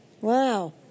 Wow